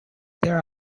there